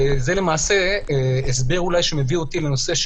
זה למעשה הסבר שמביא אותי לנושא,